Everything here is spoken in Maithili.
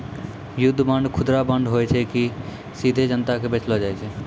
युद्ध बांड, खुदरा बांड होय छै जे कि सीधे जनता के बेचलो जाय छै